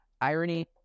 Irony